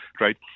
right